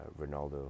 Ronaldo